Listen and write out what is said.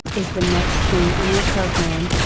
is the next thing on your program,